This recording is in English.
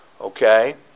Okay